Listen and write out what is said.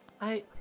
I-